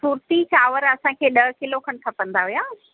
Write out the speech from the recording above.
फुरती चांवर असांखे ॾह किलो खनि खपंदा हुआ